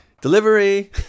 delivery